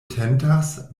tentas